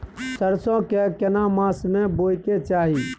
सरसो के केना मास में बोय के चाही?